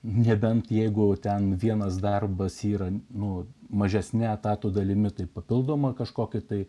nebent jeigu ten vienas darbas yra nu mažesne etato dalimi taip papildomą kažkokį tai